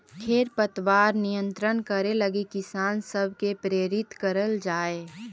खेर पतवार नियंत्रण करे लगी किसान सब के प्रेरित करल जाए